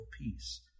peace